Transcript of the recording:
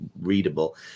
readable